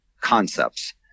concepts